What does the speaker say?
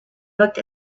looked